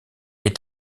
est